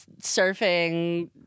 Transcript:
surfing